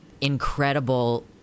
incredible